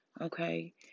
okay